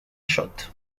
shot